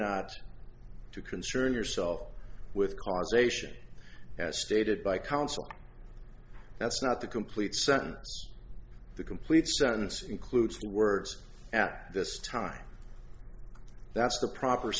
not to concern yourself with causation as stated by counsel that's not the complete sentence the complete sentence includes the words at this time that's the proper